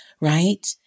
right